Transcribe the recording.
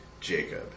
Jacob